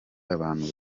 abantu